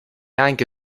anche